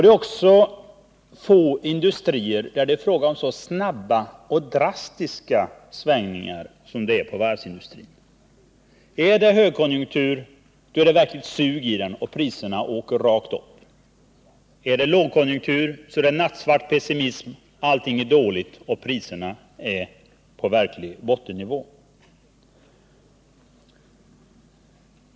Det finns få industrier, där det är fråga om så snabba och drastiska svängningar som det är inom varvsindustrin. När det är högkonjunktur, då är det verkligt sug inom varvsindustrin och priserna åker rakt uppåt. Men när det är lågkonjunktur, då är det nattsvart pessimism; allting är dåligt, och priserna ligger på verklig bottennivå.